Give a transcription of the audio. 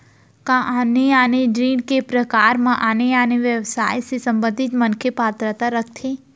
का आने आने ऋण के प्रकार म आने आने व्यवसाय से संबंधित मनखे पात्रता रखथे?